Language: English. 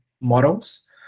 models